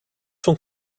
sont